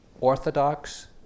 orthodox